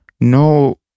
no